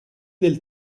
del